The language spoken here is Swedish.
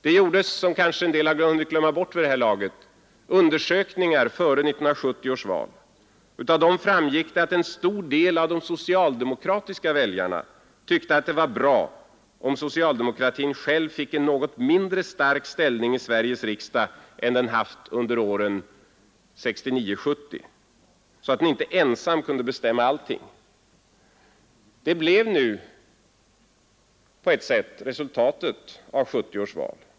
Av undersökningar som gjordes före 1970 års val framgick att en stor del av de socialdemokratiska väljarna tyckte att det vore bra om socialdemokratin fick en något mindre stark ställning i Sveriges riksdag än den haft under åren 1969—1970 så att den inte ensam kunde bestämma allting. Det blev på ett sätt också resultatet av 1970 års val.